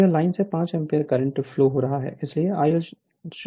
और यह लाइन से 5 एम्पीयर करंट फ्लो हो रहा है इसलिए IL 0 5 एम्पीयर है